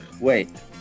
Wait